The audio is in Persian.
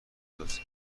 داد